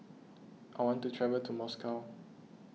I want to travel to Moscow